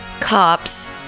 cops